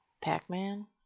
pac-man